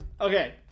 Okay